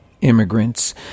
immigrants